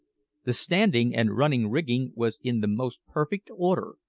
the standing and running rigging was in the most perfect order,